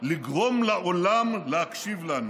לגרום לעולם להקשיב לנו.